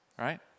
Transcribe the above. right